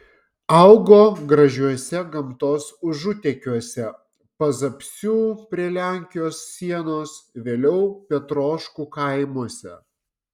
augo gražiuose gamtos užutekiuose pazapsių prie lenkijos sienos vėliau petroškų kaimuose